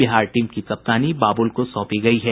Bihar team की कप्तानी बाबुल को सौंपी गयी है